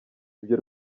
ibyo